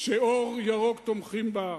ש"אור ירוק" תומכים בה,